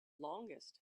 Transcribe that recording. longest